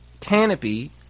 canopy